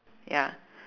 ya